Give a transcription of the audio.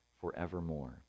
forevermore